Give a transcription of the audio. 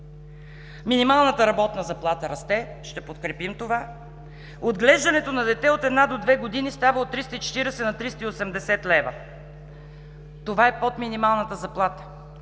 Минималната работна заплата расте – ще подкрепим това. Отглеждането на дете от една до две години става от 340 лв. на 380 лв. – това е под минималната заплата.